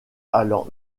allant